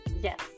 yes